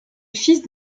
fils